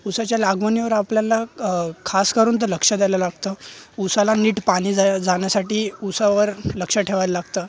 उसाच्या लागवनीवर आपल्याला क खासकरून तर लक्ष द्यायला लागतं उसाला नीट पाणी जाय जाण्यासाठी उसावर लक्ष ठेवायला लागतं